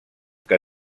que